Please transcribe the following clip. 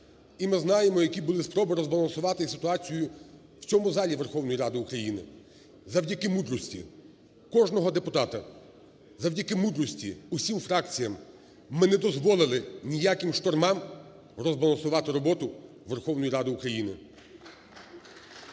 І ми знаємо, які були спроби розбалансувати ситуацію в цьому залі Верховної Ради України, завдяки мудрості кожного депутата, завдяки мудрості всім фракціям ми не дозволили ніяким штормам розбалансувати роботу Верховної Ради України.